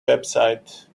website